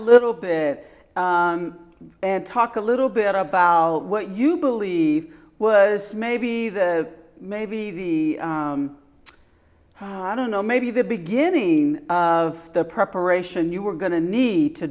little bit and talk a little bit about what you believe was maybe the maybe the i don't know maybe the beginning of the preparation you were going to need to